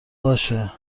باشه